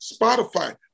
Spotify